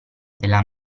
della